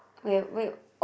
oh yeah why you